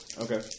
Okay